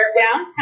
downtown